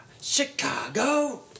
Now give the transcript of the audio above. Chicago